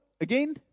again